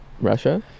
russia